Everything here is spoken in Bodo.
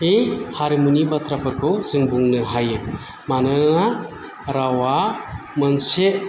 हारिमुनि बाथ्राफोरखौ जाें बुंनो हायो मानोना रावा मोनसे